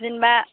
जेन'बा